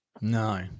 No